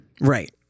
right